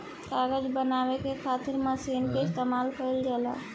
कागज बनावे के खातिर मशीन के इस्तमाल कईल जाला